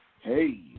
hey